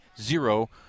Zero